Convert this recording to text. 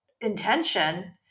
intention